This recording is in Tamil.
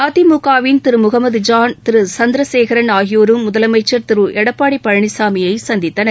அதிமுகவின் திரு அ முகமது ஜான் திரு என் சந்திரசேகரன் ஆகியோரும் முதலமைச்சர் திரு எடப்பாடி பழனிசாமியை சந்தித்தனர்